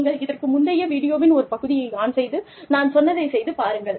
நீங்கள் இதற்கு முந்தைய வீடியோவின் ஒரு பகுதியை ஆன் செய்து நான் சொன்னதைச் செய்து பாருங்கள்